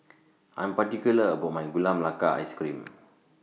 I'm particular about My Gula Melaka Ice Cream